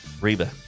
Reba